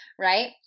right